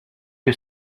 que